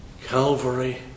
Calvary